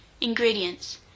Ingredients